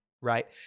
right